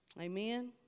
amen